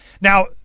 now